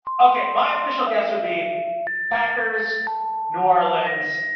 okay. my official guests would be packers new orleans,